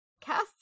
cast